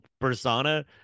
persona